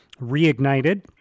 reignited